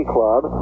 Club